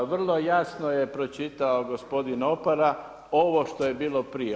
Vrlo jasno je pročitao gospodin Opara ovo što je bilo prije.